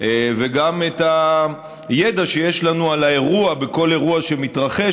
וגם את הידע שיש לנו על האירוע בכל אירוע שמתרחש,